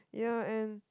yeah and